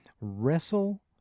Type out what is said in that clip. wrestle